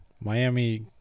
Miami